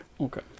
Okay